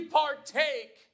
partake